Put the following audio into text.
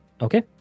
Okay